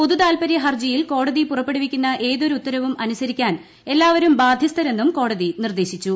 പൊതുതാൽപര്യ ഹർജിയിൽ കോടതി പുറപ്പെടുവിക്കുന്ന ഏതൊരു ഉത്തരവും അനുസരിക്കാൻ എല്ലാവരും ബാദ്ധ്യസ്ഥരെന്നും കോടതി നിർദ്ദേശിച്ചു